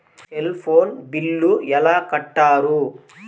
Cell phone bill ఎలా కట్టారు?